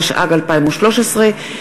התשע"ג 2013,